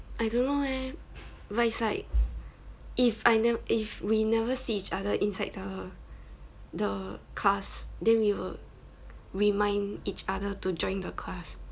I don't know eh but it's like if I ne~ if we never see each other inside the the class then we would remind each other to join the class